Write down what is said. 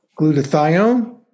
glutathione